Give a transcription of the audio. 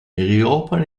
reopen